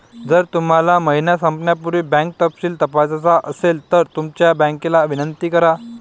जर तुम्हाला महिना संपण्यापूर्वी बँक तपशील तपासायचा असेल तर तुमच्या बँकेला विनंती करा